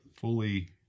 fully